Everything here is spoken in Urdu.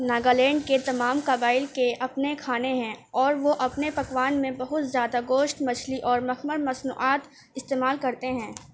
ناگالینڈ کے تمام قبائل کے اپنے کھانے ہیں اور وہ اپنے پکوان میں بہت زیادہ گوشت مچھلی اور مخمر مصنوعات استعمال کرتے ہیں